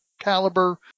caliber